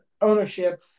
ownership